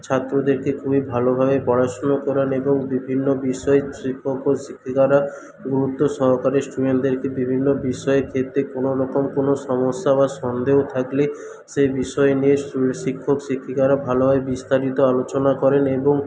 ছাত্রদেরকে খুবই ভালোভাবে পড়াশুনো করান এবং বিভিন্ন বিষয় শিক্ষক ও শিক্ষিকারা গুরুত্ব সহকারে স্টুডেন্টদেরকে বিভিন্ন বিষয় ক্ষেত্রে কোনোরকম কোনো সমস্যা বা সন্দেহ থাকলে সেই বিষয় নিয়ে শিক্ষক শিক্ষিকারা ভালোভাবে বিস্তারিত আলোচনা করেন এবং